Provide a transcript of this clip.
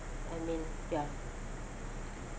I mean ya